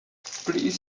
please